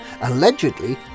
allegedly